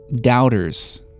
doubters